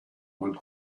one